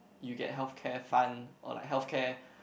you get health care fund or like health care